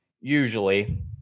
usually